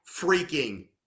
freaking